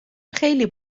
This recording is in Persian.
خیلی